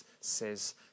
says